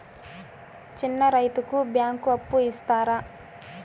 చిన్న రైతుకు బ్యాంకు అప్పు ఇస్తారా?